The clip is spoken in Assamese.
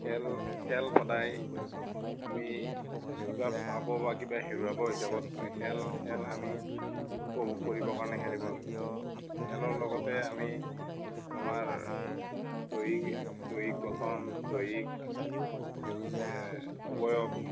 খেল খেল সদায় আমি কিবা পাব বা কিবা হেৰুৱাব হিচাপত খেল খেল আমি উপভোগ কৰিবৰ কাৰণে খেলিব লাগে খেলৰ লগতে আমি আমাৰ দৈহিক দৈহিক গঠন দৈহিক অৱয়ব